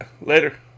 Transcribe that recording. Later